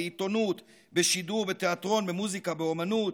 בעיתונות, בשידור, בתיאטרון, במוזיקה, באומנות,